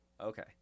Okay